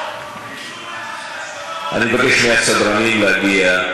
אני מבקש מהסדרנים להגיע.